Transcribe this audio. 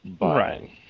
Right